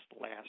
last